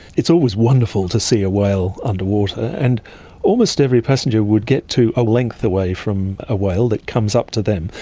it's always wonderful to see a whale underwater. and almost every passenger would get to a length away from a whale that comes up to them.